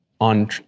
on